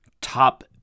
top